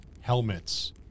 helmets